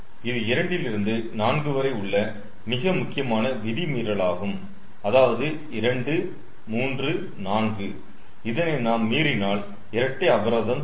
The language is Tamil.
இது இரண்டிலிருந்து நான்கு வரை உள்ள மிக முக்கியமான விதி மீறலாகும் அதாவது 2 3 4 இதனை நாம் மீறினால் இரட்டை அபராதம் தரும்